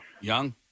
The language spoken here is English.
Young